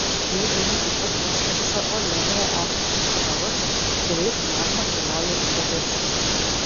ledynai taip pat užkemša uolienoje esančius kanalus kuriais magma keliauja į paviršių